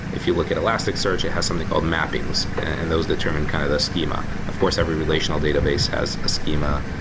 if you look at elasticsearch, it has something called mappings, and those determine kind of the schema. of course, every relational database has a schema.